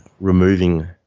removing